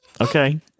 Okay